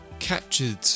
captured